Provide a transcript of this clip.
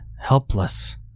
helpless